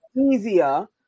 easier